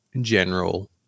general